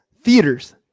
Theaters